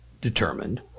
determined